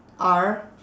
R